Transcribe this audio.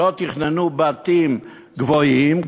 לא תכננו בתים גבוהים,